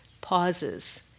pauses